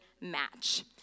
match